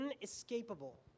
inescapable